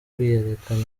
kwiyerekana